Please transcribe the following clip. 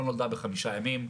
לא נולדה בחמישה ימים,